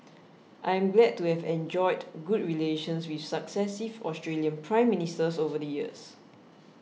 I am glad to have enjoyed good relations with successive Australian Prime Ministers over the years